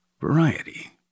variety